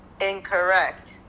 incorrect